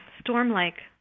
storm-like